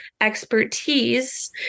expertise